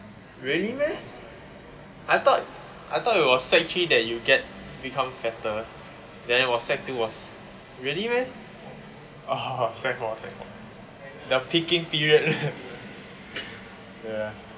really meh I thought I thought it was sec~ three that you get become fatter then was sec~ two was really meh orh sec four sec~ four the peaking period ya